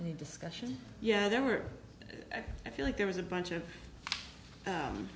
any discussion yeah there were i feel like there was a bunch of u